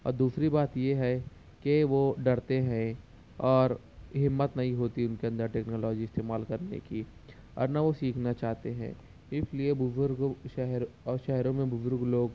اور دوسری بات یہ ہے کہ وہ ڈرتے ہیں اور ہمت نہیں ہوتی ان کے اندر ٹیکنالوجی استعمال کرنے کی اور نا وہ سیکھنا چاہتے ہیں اس لیے بزرگوں شہر اور شہروں میں بزرگ لوگ